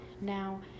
Now